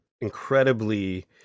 incredibly